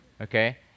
okay